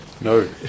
No